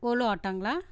ஓலோ ஆட்டோங்களா